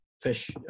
fish